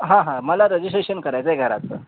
हां हां मला रजिस्ट्रेशन करायचं आहे घराचं